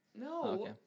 No